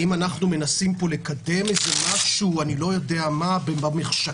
האם אנחנו מנסים לקדם משהו במחשכים?